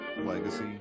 legacy